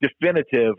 definitive